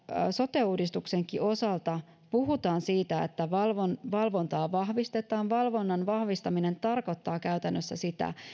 sote uudistuksenkin osalta puhutaan siitä että valvontaa vahvistetaan valvonnan vahvistaminen tarkoittaa käytännössä sitä